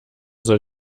soll